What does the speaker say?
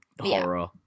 horror